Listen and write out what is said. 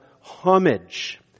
homage